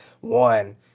one